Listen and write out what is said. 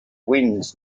winds